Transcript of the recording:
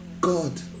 god